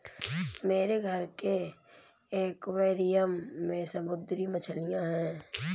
मेरे घर के एक्वैरियम में समुद्री मछलियां हैं